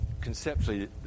conceptually